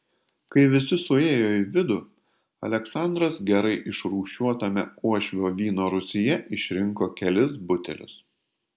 kai visi suėjo į vidų aleksandras gerai išrūšiuotame uošvio vyno rūsyje išrinko kelis butelius